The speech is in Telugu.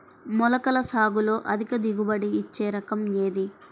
మొలకల సాగులో అధిక దిగుబడి ఇచ్చే రకం ఏది?